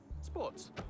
sports